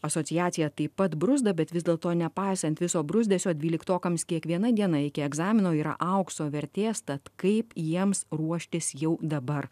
asociacija taip pat bruzda bet vis dėlto nepaisant viso bruzdesio dvyliktokams kiekviena diena iki egzamino yra aukso vertės tad kaip jiems ruoštis jau dabar